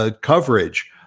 coverage